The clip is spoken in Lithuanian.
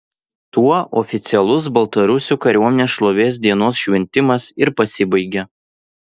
tuo oficialus baltarusių kariuomenės šlovės dienos šventimas ir pasibaigė